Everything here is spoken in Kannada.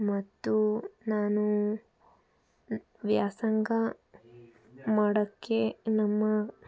ಮತ್ತು ನಾನು ವ್ಯಾಸಂಗ ಮಾಡೋಕ್ಕೆ ನಮ್ಮ